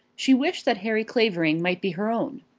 she wished that harry clavering might be her own.